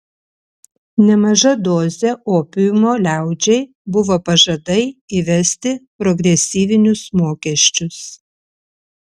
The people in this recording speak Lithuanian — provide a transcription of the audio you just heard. nemaža dozė opiumo liaudžiai buvo pažadai įvesti progresyvinius mokesčius